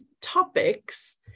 topics